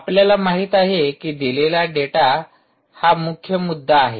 आपल्याला माहित आहे की दिलेला डेटा हा मुख्य मुद्दा आहे